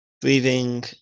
breathing